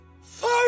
Fire